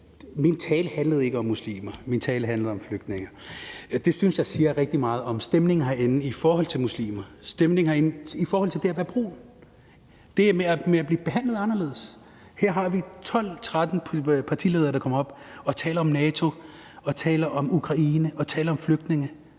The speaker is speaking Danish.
Min tale handlede ikke om muslimer, min tale handlede om flygtninge. Det synes jeg siger rigtig meget om stemningen herinde i forhold til muslimer, stemningen herinde i forhold til det at være brun, altså det med at blive behandlet anderledes. Her har vi 12-13 partiledere, der kommer op og taler om NATO, taler om Ukraine og taler om flygtninge,